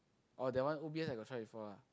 orh that one O_B_S I got try before ah